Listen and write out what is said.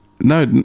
No